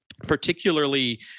particularly